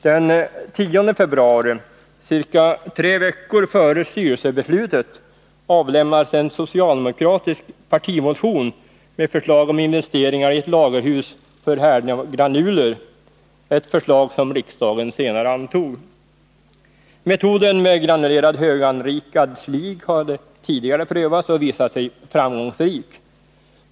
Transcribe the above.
Den 10 februari, catre veckor före styrelsebeslutet, avlämnades en socialdemokratisk partimotion med förslag om investeringar i ett lagerhus för härdning av granuler, ett förslag som riksdagen senare antog. Metoden med granulerad, höganrikad slig hade tidigare provats och visat sig framgångsrik.